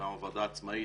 אמנם הוועדה עצמאית,